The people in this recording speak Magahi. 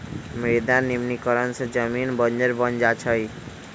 मृदा निम्नीकरण से जमीन बंजर बन जा हई